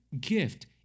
gift